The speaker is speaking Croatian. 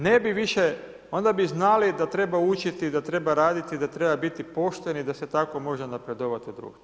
Ne bi više, onda bi znali da treba učiti, da treba raditi, da treba biti pošten i da se tako može napredovati u društvu.